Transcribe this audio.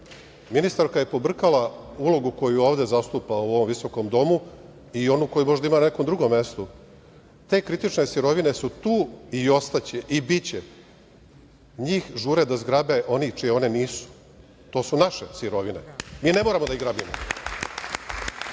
zgrabi. Ministarka je pobrkala ulogu koju ovde zastupa, u ovom visokom Domu, i onu koju može da ima na nekom drugom mestu. Te kritične sirovine su tu i ostaće i biće. Njih žure da zgrabe oni čije one nisu. To su naše sirovine, mi ne moramo da ih